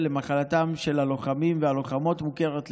למחלתם של הלוחמים והלוחמות מוכרת לצה"ל.